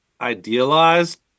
idealized